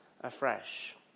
afresh